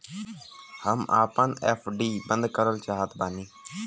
हम आपन एफ.डी बंद करल चाहत बानी